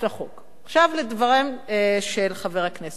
עכשיו לדברים של חבר הכנסת זאב.